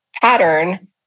pattern